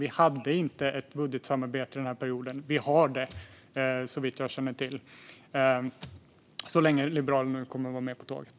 Vi hade inte ett budgetsamarbete under den här mandatperioden, utan vi har det såvitt jag känner till - så länge som nu Liberalerna kommer att vara med på tåget.